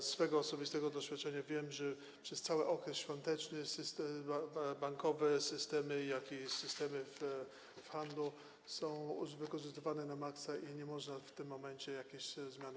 Ze swego osobistego doświadczenia wiem, że przez cały okres świąteczny bankowe systemy i systemy w handlu są już wykorzystywane na maksa i nie można w tym momencie robić jakiejś zmiany.